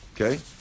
Okay